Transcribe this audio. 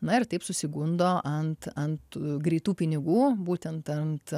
na ir taip susigundo ant ant greitų pinigų būtent ant